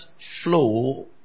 flow